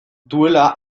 duela